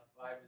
Five